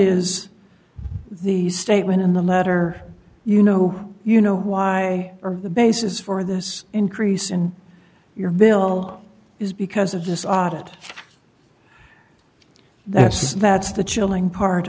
is the statement in the letter you know you know why are the bases for this increase and you're below is because of this audit that's that's the chilling part